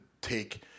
take